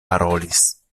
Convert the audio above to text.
parolis